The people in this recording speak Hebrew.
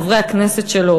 חברי הכנסת שלו,